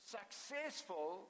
successful